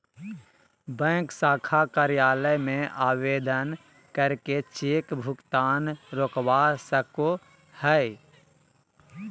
bank शाखा कार्यालय में आवेदन करके चेक भुगतान रोकवा सको हय